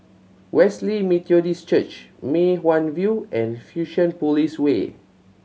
Wesley Methodist Church Mei Hwan View and Fusionopolis Way